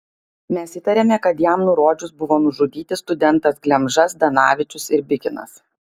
mes įtarėme kad jam nurodžius buvo nužudyti studentas glemža zdanavičius ir bikinas